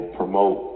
promote